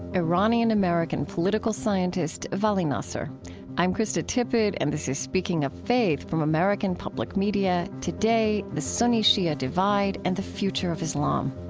iranian-american political political scientist vali nasr i'm krista tippett, and this is speaking of faith from american public media. today, the sunni-shia divide and the future of islam.